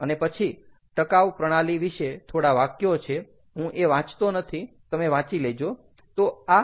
અને પછી ટકાઉ પ્રણાલી વિશે થોડા વાક્યો છે હું એ વાંચતો નથી તમે વાંચી લેજો